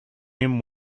him